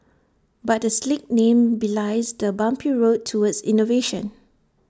but the slick name belies the bumpy road towards innovation